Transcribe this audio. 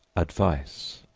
advice,